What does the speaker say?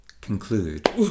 conclude